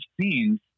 scenes